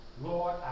Lord